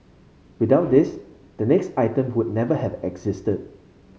without this the next item would never have existed